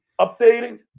updating